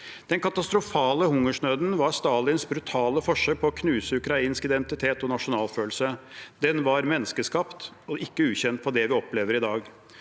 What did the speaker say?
Den katastrofale hungersnøden var Stalins brutale forsøk på å knuse ukrainsk identitet og nasjonalfølelse. Den var menneskeskapt – ikke ulikt det vi opplever i dag.